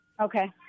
Okay